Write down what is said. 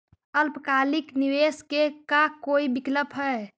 अल्पकालिक निवेश के का कोई विकल्प है?